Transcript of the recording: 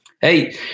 Hey